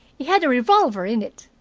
he had a revolver in it.